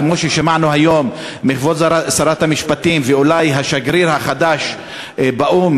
כמו ששמענו היום מכבוד שרת המשפטים ואולי השגריר החדש באו"ם,